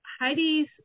Heidi's